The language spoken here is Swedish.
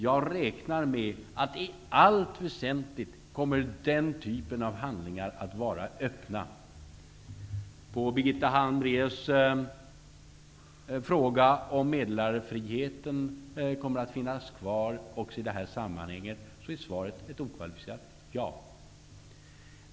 Jag räknar alltså med att i allt väsentligt kommer den typen av handlingar att vara öppna. På Birgitta Hambraeus fråga, om meddelarfriheten kommer att finnas kvar också i det här sammanhanget, är svaret ett okvalificerat ja.